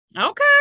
Okay